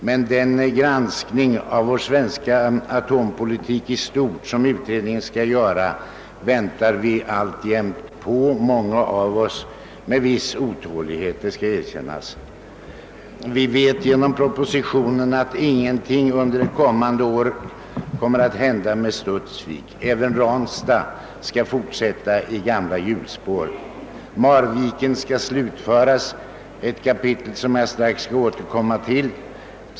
Men den granskning av vår svenska atompolitik i stort som utredningen skall göra väntar vi alltjämt på, många av oss med viss otålighet — det skall erkännas. Vi vet genom "propositionen att ingenting under det kommande året kommer att hända med Studsvik. även Ranstad skall fortsätta i gamla hjulspår. Marvikenprojektet skall slutföras, ett kapitel som jag strax skall återkomma till.